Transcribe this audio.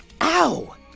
Ow